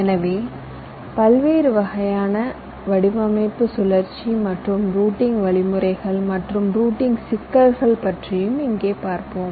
எனவே பல்வேறு வகையான வடிவமைப்பு சுழற்சி மற்றும் ரூட்டிங் வழிமுறைகள் மற்றும் ரூட்டிங் சிக்கல்கள் பற்றியும் இங்கே பார்ப்போம்